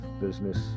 business